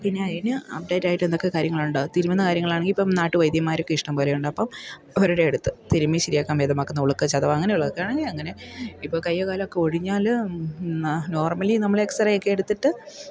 പിന്നെ അതിന് അപ്ഡേറ്റ് ആയിട്ട് എന്തൊക്കെ കാര്യങ്ങൾ തിരുമുന്ന കാര്യങ്ങൾ ആണെങ്കിൽ ഇപ്പം നാട്ട് വൈദ്യന്മാരൊക്കെ ഇഷ്ടം പോലെ ഉണ്ട് അപ്പം അവരുടെ അടുത്ത് തിരുമി ശരിയാക്കാൻ ഭേദമാക്കുന്ന ഉളുക്ക് ചതവ് അങ്ങനെ ഉള്ളതൊക്കെ ആണെങ്കിൽ അങ്ങനെ ഇപ്പം കയ്യോ കാലൊക്കെ ഒടിഞ്ഞാല് നോർമലി നമ്മള് എക്സറേ ഒക്കെ എടുത്തിട്ട്